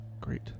Great